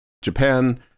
japan